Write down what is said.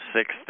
six